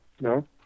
No